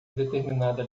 determinada